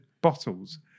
bottles